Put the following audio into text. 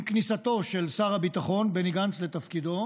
עם כניסתו של שר הביטחון בני גנץ לתפקידו,